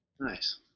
Nice